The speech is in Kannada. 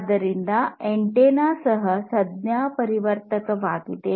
ಆದ್ದರಿಂದ ಆಂಟೆನಾ ಸಹ ಸಂಜ್ಞಾಪರಿವರ್ತಕವಾಗಿದೆ